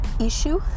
issue